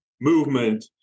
movement